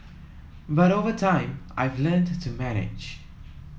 but over time I've learnt to manage